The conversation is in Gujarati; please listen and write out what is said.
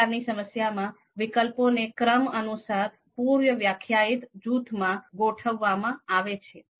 આ પ્રકારની સમસ્યામાં વિકલ્પોને ક્રમ અનુસાર પૂર્વ વ્યાખ્યાયિત જૂથોમાં ગોઠવવામાં આવે છે